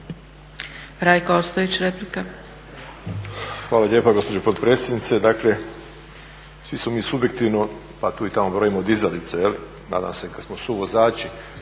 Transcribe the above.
Rajko (SDP)** Hvala lijepa gospođo potpredsjednice. Dakle, svi smo subjektivni, a tu i tamo brojimo dizalice, nadam se, kad smo suvozači,